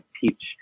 peach